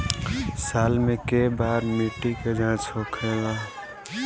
साल मे केए बार मिट्टी के जाँच होखेला?